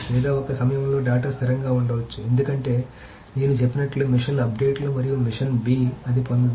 ఏదో ఒక సమయంలో డేటా స్థిరంగా ఉండకపోవచ్చు ఎందుకంటే నేను చెప్పినట్లు మెషిన్ అప్డేట్లు మరియు మెషిన్ b అది పొందదు